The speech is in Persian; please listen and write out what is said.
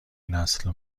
نسل